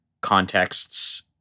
contexts